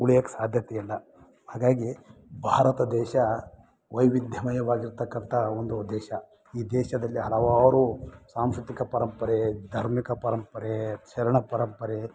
ಉಳಿಯಕ್ಕೆ ಸಾಧ್ಯತೆ ಇಲ್ಲ ಹಾಗಾಗಿ ಭಾರತ ದೇಶ ವೈವಿಧ್ಯಮಯವಾಗಿರ್ತಕ್ಕಂಥ ಒಂದು ದೇಶ ಈ ದೇಶದಲ್ಲಿ ಹಲವಾರು ಸಾಂಸ್ಕೃತಿಕ ಪರಂಪರೆ ಧಾರ್ಮಿಕ ಪರಂಪರೆ ಶರಣ ಪರಂಪರೆ